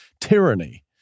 tyranny